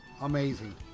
Amazing